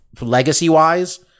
legacy-wise